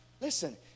listen